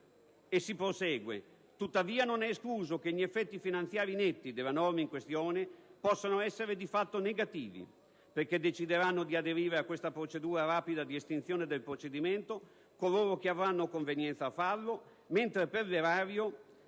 affermando: «Tuttavia, non è escluso che gli effetti finanziari netti della norma in questione possano essere di fatto negativi». Ciò perché decideranno di aderire a questa procedura rapida di estinzione del procedimento coloro che avranno convenienza a farlo, mentre per l'erario